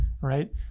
right